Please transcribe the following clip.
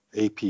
ap